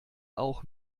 auch